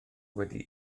wedi